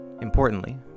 Importantly